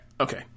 Okay